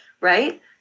right